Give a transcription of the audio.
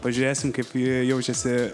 pažiūrėsime kaip jie jaučiasi